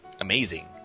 amazing